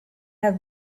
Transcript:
have